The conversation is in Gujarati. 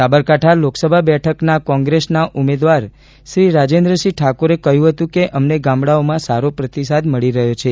સાબરકાંઠા લોકસભા બેઠકના કોંગ્રેસના ઉમેદવાર શ્રી રાજેન્દ્રસિંહ ઠાકોરે કહ્યું હતું કે અમને ગામડાઓમાં સારો પ્રતિસાદ મળી રહ્યો છે